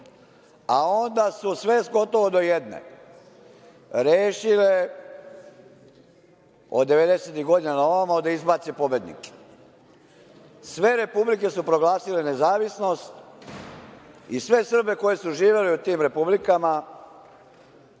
A onda su sve gotovo do jedne rešile od 90-ih godina naovamo da izbace pobednike. Sve republike su proglasile nezavisnost i sve Srbe koji su živeli u tim republikama